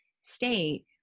state